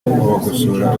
bagosora